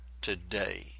today